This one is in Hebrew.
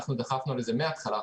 אנחנו דחפנו לזה מהתחלה,